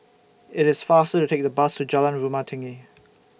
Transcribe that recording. IT IS faster to Take The Bus to Jalan Rumah Tinggi